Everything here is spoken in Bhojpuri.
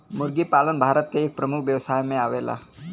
मुर्गी पालन भारत के एक प्रमुख व्यवसाय में आवेला